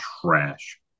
trash